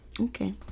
okay